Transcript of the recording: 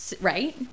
Right